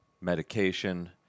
medication